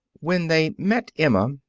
when they met emma,